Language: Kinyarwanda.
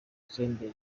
senderi